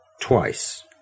twice